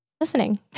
listening